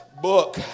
book